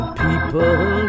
people